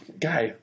guy